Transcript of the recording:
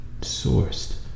sourced